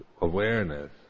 awareness